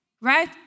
right